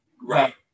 Right